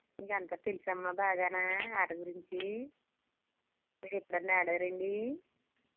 మీకు అంతా తెలుసమ్మా బాగానే ఆట గురించి మీరు ఎప్పుడైనా ఆడారాండి